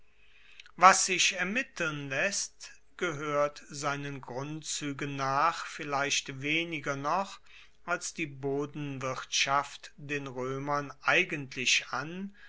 was sich ermitteln laesst gehoert seinen grundzuegen nach vielleicht weniger noch als die bodenwirtschaft den roemern eigentuemlich an